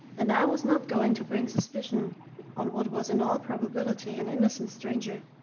and i was not going to bring suspicion on what was in all probability an innocent stranger,